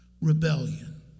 rebellion